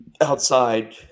outside